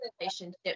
relationship